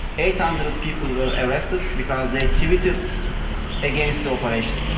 eight hundred people were arrested because they tweeted against the operation.